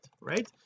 right